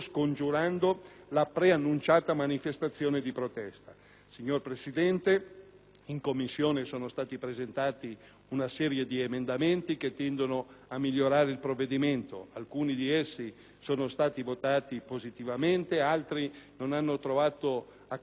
in Commissione sono stati presentati una serie di emendamenti che tendono a migliorare il provvedimento. Alcuni di essi sono stati votati positivamente, altri non hanno trovato accoglienza in virtù di difficoltà connesse alla copertura finanziaria.